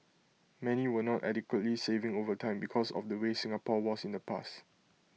many were not adequately saving over time because of the way Singapore was in the past